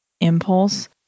impulse